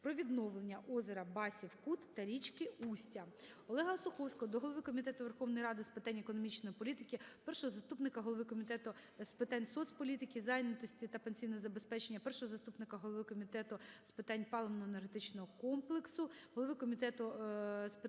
про відновлення озера Басів Кут та річки Устя. ОлегаОсуховського до голови Комітету Верховної Ради з питань економічної політики, першого заступника голови Комітету з питань соцполітики, зайнятості та пенсійного забезпечення, першого заступника голови Комітету з питань паливно-енергетичного комплексу, голови Комітету з питань бюджету,